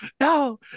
no